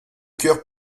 cœur